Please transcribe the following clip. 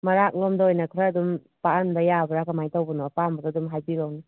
ꯃꯔꯥꯛꯂꯣꯝꯗ ꯑꯣꯏꯅ ꯈꯔ ꯑꯗꯨꯝ ꯄꯥꯛꯍꯟꯕ ꯌꯥꯕ꯭ꯔꯥ ꯀꯃꯥꯏꯅ ꯇꯧꯕꯅꯣ ꯑꯄꯥꯝꯕꯗꯣ ꯑꯗꯨꯝ ꯍꯥꯏꯕꯤꯔꯛꯎꯅꯦ